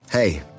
Hey